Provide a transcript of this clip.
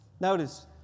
Notice